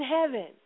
heaven